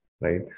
right